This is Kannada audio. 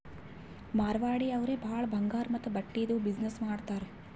ಮಾರ್ವಾಡಿ ಅವ್ರೆ ಭಾಳ ಬಂಗಾರ್ ಮತ್ತ ಬಟ್ಟಿದು ಬಿಸಿನ್ನೆಸ್ ಮಾಡ್ತಾರ್